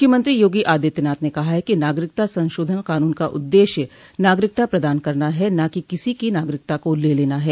मुख्यमंत्री योगी आदित्यनाथ ने कहा है कि नागरिकता संशोधन कानून का उद्देश्य नागरिकता प्रदान करना है न कि किसी की नागरिकता को ले लेना है